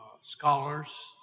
scholars